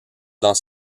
dans